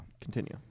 Continue